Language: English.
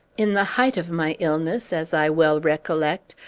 in the height of my illness, as i well recollect,